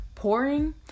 pouring